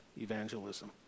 evangelism